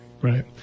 Right